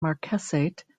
marquessate